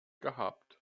gehabt